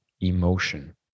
emotion